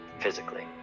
physically